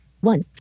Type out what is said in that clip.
One